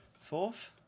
Fourth